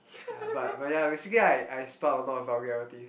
ya but but then basically I spout a lot of vulgarity